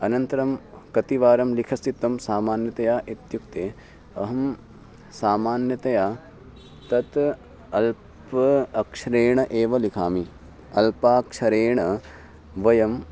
अनन्तरं कति वारं लिखितं सामान्यतया इत्युक्ते अहं सामान्यतया तत् अल्प अक्षरेण एव लिखामि अल्पाक्षरेण वयं